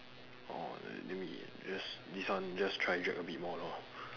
orh then then we just this one just try drag a bit more lor